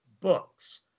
books